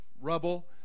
rubble